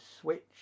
switch